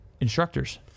instructors